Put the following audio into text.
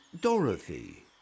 Dorothy